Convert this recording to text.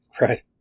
Right